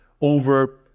over